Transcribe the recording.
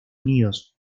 unidos